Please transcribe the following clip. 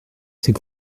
c’est